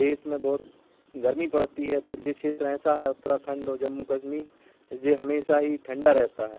देश में बहुत गर्मी पड़ती है तो ये क्षेत्र ऐसे है उत्तरखंड और जम्मू कश्मीर जो हमेशा ही ठंडे रहते हैं